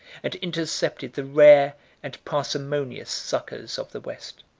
and intercepted the rare and parsimonious succors of the west.